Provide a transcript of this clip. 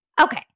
Okay